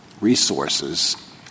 resources